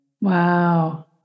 Wow